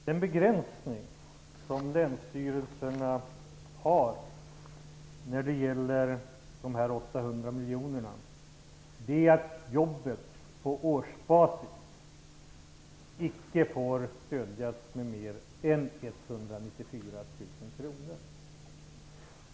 Herr talman! Den begränsning som länsstyrelserna har när det gäller de här 800 miljonerna är att jobben på årsbasis icke får stödjas med mer än 194 000 kr.